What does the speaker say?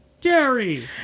Jerry